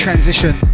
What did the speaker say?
Transition